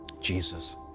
Jesus